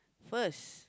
first